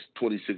26